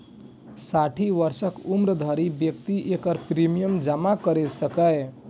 साठि वर्षक उम्र धरि व्यक्ति एकर प्रीमियम जमा कैर सकैए